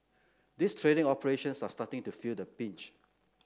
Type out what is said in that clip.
these trading operations are starting to feel the beach